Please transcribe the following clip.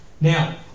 Now